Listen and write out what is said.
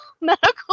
medical